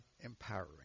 empowering